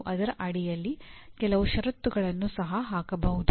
ನೀವು ಅದರ ಅಡಿಯಲ್ಲಿ ಕೆಲವು ಷರತ್ತುಗಳನ್ನು ಸಹ ಹಾಕಬಹುದು